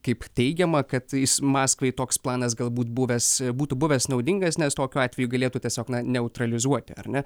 kaip teigiama kad jis maskvai toks planas galbūt buvęs būtų buvęs naudingas nes tokiu atveju galėtų tiesiog na neutralizuoti ar ne